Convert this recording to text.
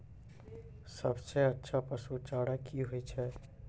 सबसे अच्छा पसु चारा की होय छै?